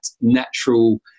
natural